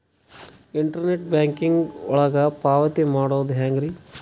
Internet banking ಒಳಗ ಪಾವತಿ ಮಾಡೋದು ಹೆಂಗ್ರಿ?